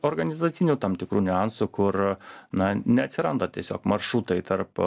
organizacinių tam tikrų niuansų kur na neatsiranda tiesiog maršrutai tarp